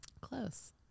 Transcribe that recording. Close